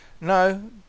No